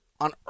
on